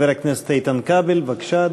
חבר הכנסת איתן כבל, בבקשה,